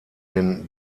den